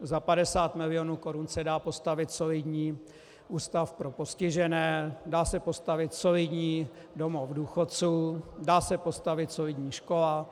Za 50 milionů korun se dá postavit solidní ústav pro postižené, dá se postavit solidní domov důchodců, dá se postavit solidní škola.